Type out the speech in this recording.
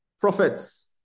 prophets